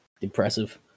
Impressive